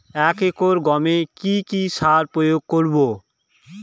এক একর গমে কি কী সার প্রয়োগ করব?